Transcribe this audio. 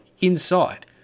inside